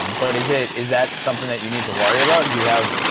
but is it is that something that you need to worry about and you have?